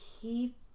keep